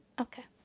Okay